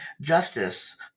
justice